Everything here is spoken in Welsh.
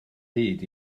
hyd